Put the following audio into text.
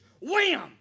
wham